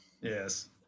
Yes